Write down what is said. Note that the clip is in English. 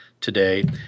today